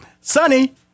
sunny